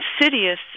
insidious